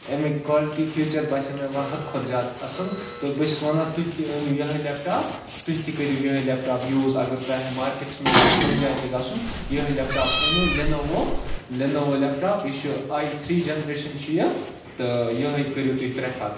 اَمِکۍ اَمِکۍ فیٖچر باسیو مےٚ حدٕ کھۄتہٕ زیادٕ اَصٕل تہٕ بہٕ چھُس وَنان تُہۍ تہِ أنی یو یِہے لیپ ٹاپ تُہۍ تہِ کٔرِو یِہوے لیپ ٹاپ یوٗز اَگر تۄہہِ مارکیٹس منٛز آسہِ کُنہِ تہِ جایہِ گژھُن یِہوے لیپ ٹاپ أنی یو لِنووو لِنووو لیپ ٹاپ یہِ چھُ اے تھری جینریشن چھُ یہِ تہٕ یِہوے کٔرِو تُہۍ پریفر